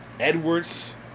Edwards